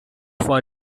for